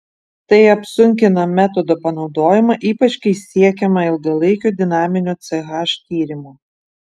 tai apsunkina metodo panaudojimą ypač kai siekiama ilgalaikio dinaminio ch tyrimo